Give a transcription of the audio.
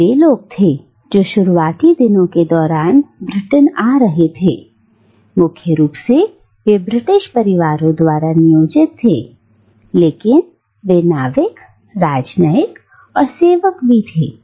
यह वे लोग थे जो शुरुआती दिनों के दौरान ब्रिटेन आ रहे थे मुख्य रूप से वे ब्रिटिश परिवारों द्वारा नियोजित थे लेकिन वे नाविक राजनयिक और सेवक भी थे